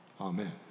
amen